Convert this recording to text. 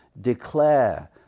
declare